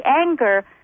anger